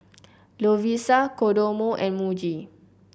Lovisa Kodomo and Muji